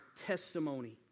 testimony